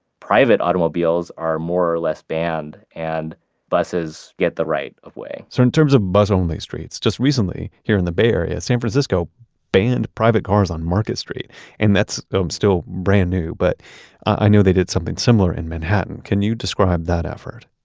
private automobiles are more or less banned and buses get the right of way so in terms of bus-only streets, just recently here in the bay area, san francisco banned private cars on market street and that's um still brand new, but i know they did something similar in manhattan can you describe that effort?